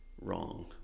wrong